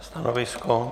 Stanovisko?